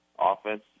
offense